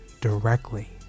directly